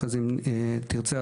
אם תרצה,